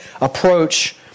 approach